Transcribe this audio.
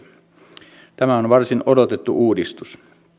tämä on varsin odotettu uudistus